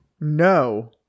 No